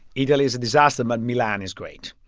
italy is a disaster, but milan is great.